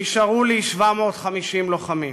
נשארו לי 750 לוחמים.